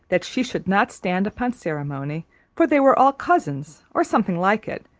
that she should not stand upon ceremony, for they were all cousins, or something like it,